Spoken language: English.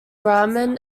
brahman